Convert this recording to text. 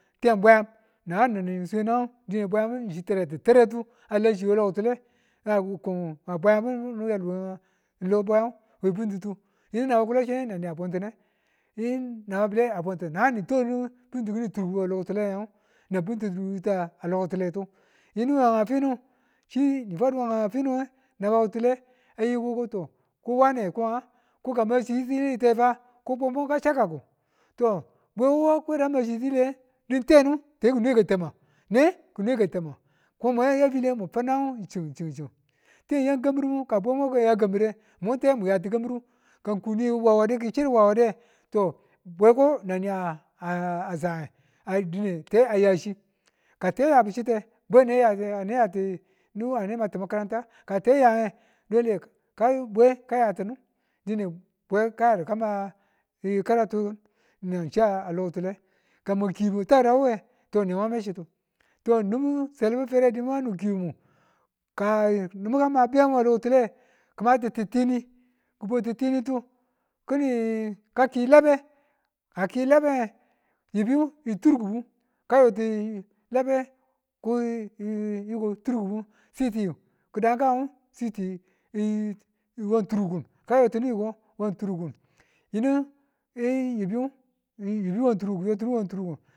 Tiyan bwayan nan ni̱ni swedan kan dine bwayambu shi taratutaratu a lachi we lo ki̱tule ka bwayan bu we buntutu yinu naba kiyalu we lobwayan we bintitu yinu naba bile a buntin nang ni twakidu kini binlitu kini turkun we lokituletu ymu we nga finu chini fwadu wenga fine naba kitule yiko to wane ko nga ka nwa mabu chi tiyili ko dum bibu ka chaukaku bwe wa tu a machi liyiliye dintenu te kinweka tama ne ki nweka tama kono mwa yafile mu fan nan hu chinchinchin tiyan yan kambirimbu ka, bwemo ki ya kambire, ka ng ku ni wawade kichiru wawade to bweko nanni a change dine te ayachi kate yabi chite bwe ane yatinu ane matu makaranta kate ayange dole bwe ka yatinu dine bwe ka yadu kama karatukin nan chiya a lo ki̱tule ka mwa kibu takada to nemwa yadu mwa me chito to nin bi selibim na yabu na kibinmu kanibu kama biya we lokitule kimati titini kibwautu tinitu kini kaki labe kaki labeng yibi nge turkubu kayoti labe yi- yi- yiko turkuhu sitiyu kude gan siti wan turkun ki̱ yo tinu wanturkin